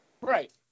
right